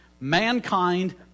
Mankind